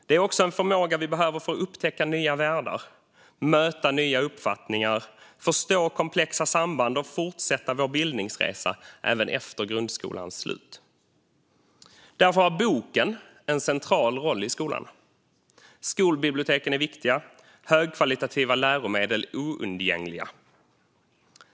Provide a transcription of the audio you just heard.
Det är också en förmåga vi behöver för att upptäcka nya världar, möta nya uppfattningar, förstå komplexa samband och fortsätta vår bildningsresa även efter grundskolans slut. Därför har boken en central roll i skolan. Skolbiblioteken är viktiga. Högkvalitativa läromedel är oundgängliga.